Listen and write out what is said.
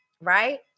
right